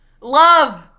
Love